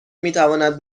میتواند